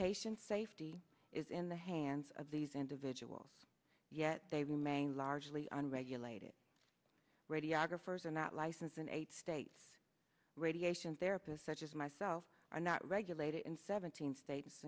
patient safety is in the hands of these individuals yet they remain largely unregulated radiographer is and that license in eight states radiation therapist such as myself are not regulated in seventeen states